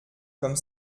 comme